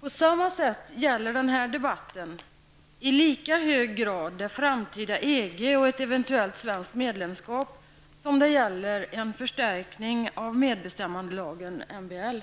På samma sätt gäller den här debatten i lika hög grad det framtida EG och ett eventuellt svenskt medlemskap som det gäller en förstärkning av medbestämmandelagen, MBL.